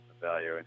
value